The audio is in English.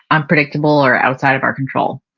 unpredictable, or outside of our control.